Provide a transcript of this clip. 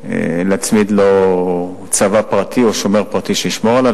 להצמיד לו צבא פרטי או שומר פרטי שישמור עליו.